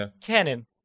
canon